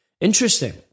Interesting